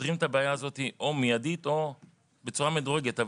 פותרים את הבעיה הזאת או מיידית או בצורה מדורגת,